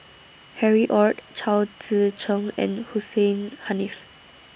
Harry ORD Chao Tzee Cheng and Hussein Haniff